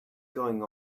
going